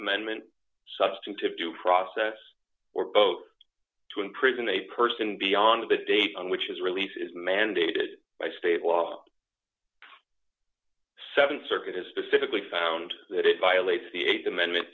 amendment substantive due process or both to imprison a person beyond the date on which is release is mandated by state law seven circuit is specifically found that it violates the th amendment